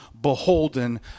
beholden